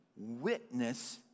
witness